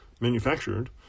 manufactured